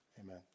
Amen